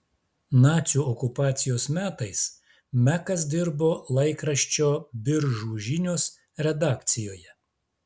nacių okupacijos metais mekas dirbo laikraščio biržų žinios redakcijoje